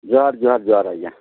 ଜୁହାର ଜୁହାର ଜୁହାର ଆଜ୍ଞା